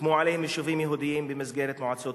והוקמו עליהן יישובים יהודיים במסגרת מועצות